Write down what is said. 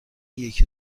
یکی